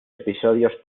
episodios